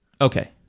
Okay